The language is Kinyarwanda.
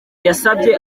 yasabye